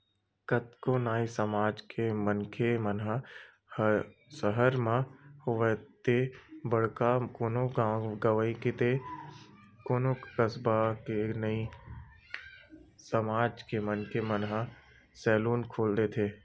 कतको नाई समाज के मनखे मन ह सहर म होवय ते बड़का कोनो गाँव गंवई ते कोनो कस्बा के नाई समाज के मनखे मन ह सैलून खोलथे